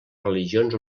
religions